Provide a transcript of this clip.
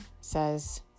says